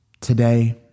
Today